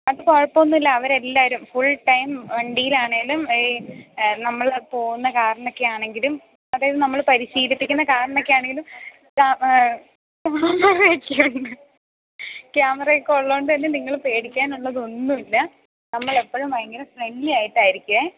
അതു കുഴപ്പമൊന്നുമില്ല അവരെല്ലാവരും ഫുൾ ടൈം വണ്ടിയിലാണെങ്കിലും ഈ നമ്മൾ പോകുന്ന കാറിലൊക്കെ ആണെങ്കിലും അതായത് നമ്മൾ പരിശീലിപ്പിക്കുന്ന കാറിൽ നിന്നൊക്കെ ആണെങ്കിലും ക്യാമറയൊക്കെ ഉള്ളതു കൊണ്ടു തന്നെ നിങ്ങൾ പേടിക്കാനുള്ളതൊന്നുമില്ല നമ്മളെപ്പോഴും ഭയങ്കര ഫ്രണ്ട്ലി ആയിട്ടായിരിക്കുമേ